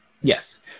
Yes